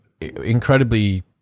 incredibly